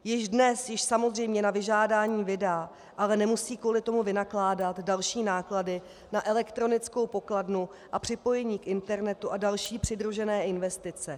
Již dnes ji samozřejmě na vyžádání vydá, ale nemusí kvůli tomu vynakládat další náklady na elektronickou pokladnu a připojení k internetu a další přidružené investice.